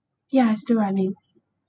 ya still running